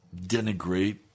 denigrate